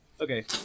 Okay